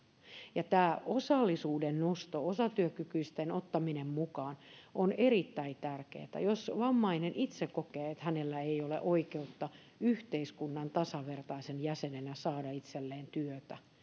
ja tämä osallisuuden nosto osatyökykyisten ottaminen mukaan on erittäin tärkeätä jos vammainen itse kokee että hänellä ei ole oikeutta yhteiskunnan tasavertaisena jäsenenä saada itselleen työtä